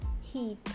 heat